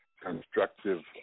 constructive